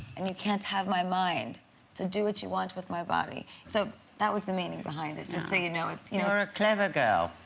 and you can't have my mind so do what you want with my body, so that was the meaning behind it? just so you know, it's you know a clever girl.